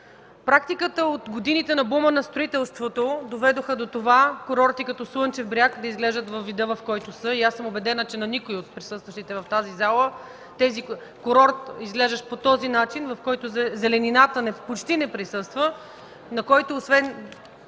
Практиката от годините на бума на строителството доведе до това курорти като Слънчев бряг да изглеждат във вида, в който са. Убедена съм, че на никой от присъстващите в тази зала не се харесва курортът, изглеждащ по този начин – в който зеленината почти не присъства, в който освен